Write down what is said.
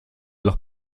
los